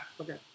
Okay